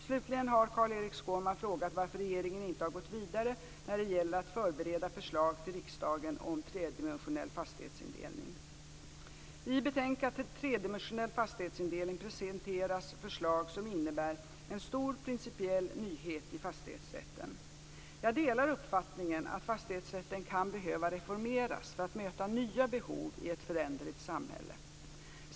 Slutligen har Carl-Erik Skårman frågat varför regeringen inte har gått vidare när det gäller att förbereda förslag till riksdagen om tredimensionell fastighetsindelning. I betänkandet Tredimensionell fastighetsindelning, SOU 1996:87, presenteras förslag som innebär en stor principiell nyhet i fastighetsrätten. Jag delar uppfattningen att fastighetsrätten kan behöva reformeras för att möta nya behov i ett föränderligt samhälle.